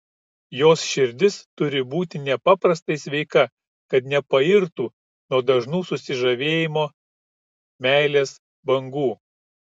jos širdis turi būti nepaprastai sveika kad nepairtų nuo dažnų susižavėjimo meilės bangų